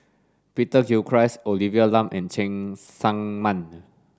Peter Gilchrist Olivia Lum and Cheng Tsang Man